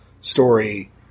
story